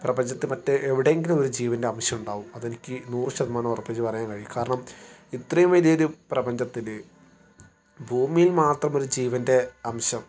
പ്രപഞ്ചത്ത് മറ്റ് എവിടെയെങ്കിലും ഒരു ജീവന്റെ അംശമുണ്ടാവും അതെനിക്ക് നൂറ് ശതമാനം ഉറപ്പിച്ച് പറയാൻ കഴിയും കാരണം ഇത്രയും വലിയൊരു പ്രപഞ്ചത്തിൽ ഭൂമിയിൽ മാത്രം ഒരു ജീവൻ്റെ അംശം